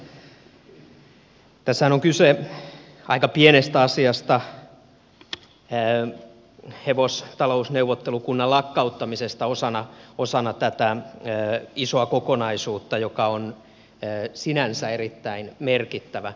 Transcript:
tässähän on kyse aika pienestä asiasta hevostalousneuvottelukunnan lakkauttamisesta osana tätä isoa kokonaisuutta joka on sinänsä erittäin merkittävä